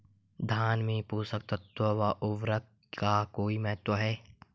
धान में पोषक तत्वों व उर्वरक का कोई महत्व है?